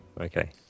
okay